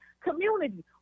community